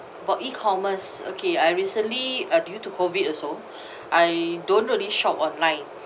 about e-commerce okay I recently uh due to COVID also I don't really shop online